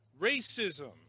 Racism